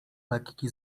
lekki